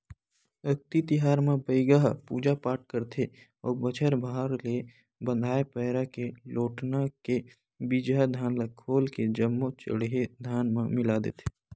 अक्ती तिहार म बइगा ह पूजा पाठ करथे अउ बछर भर ले बंधाए पैरा के लोटना के बिजहा धान ल खोल के जम्मो चड़हे धान म मिला देथे